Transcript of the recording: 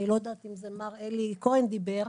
אני לא יודעת אם זה מר אלי כהן דיבר,